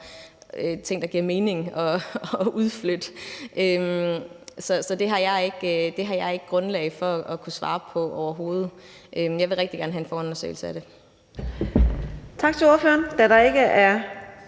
osv. det giver mening at udflytte. Så det har jeg overhovedet ikke grundlag for at kunne svare på. Jeg vil rigtig gerne have en forundersøgelse af det.